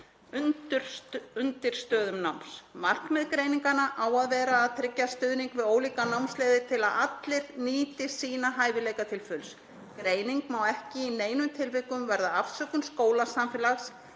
undirstöðum náms. Markmið greininganna á að vera að tryggja stuðning við ólíkar námsleiðir til að allir nýti sína hæfileika til fulls. Greining má ekki í neinum tilvikum verða afsökun skólasamfélags